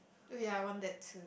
oh ya I want that too